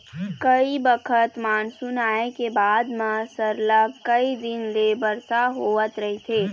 कइ बखत मानसून आए के बाद म सरलग कइ दिन ले बरसा होवत रहिथे